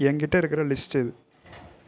என் கிட்டே இருக்கிற லிஸ்ட்டு